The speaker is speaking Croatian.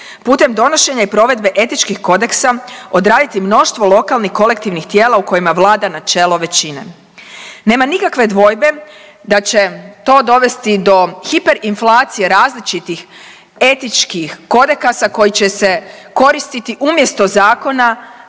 putem donošenja i provedbe etičkih kodeksa odraditi mnoštvo lokalnih kolektivnih tijela u kojima vlada načelo većine. Nema nikakve dvojbe da će to dovesti do hiperinflacije različitih etičkih kodekasa koji će se koristiti umjesto zakona